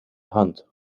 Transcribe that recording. hunt